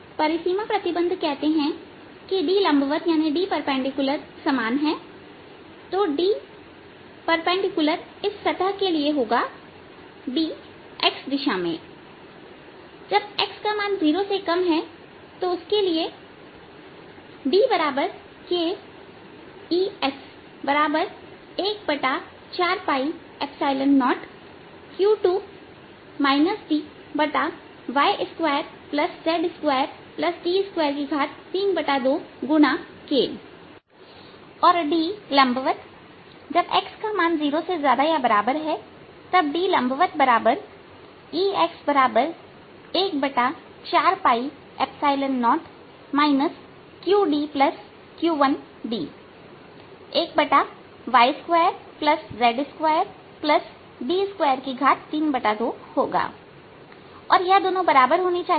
परिसीमा प्रतिबंध कहते हैं कि Dसमान है तो Dइस सतह के लिए होगा D x दिशा में x 0के लिए Dk Ex140q2y2z2d232k और D जब x0है तब DEx140 qdq1d 1y2z2d232 होगा और यह दोनों बराबर होनी चाहिए